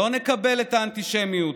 לא נקבל את האנטישמיות.